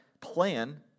plan